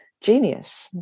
genius